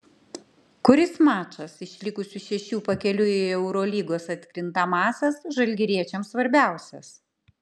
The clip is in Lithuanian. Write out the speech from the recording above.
kuris mačas iš likusių šešių pakeliui į eurolygos atkrintamąsias žalgiriečiams svarbiausias